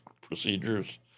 procedures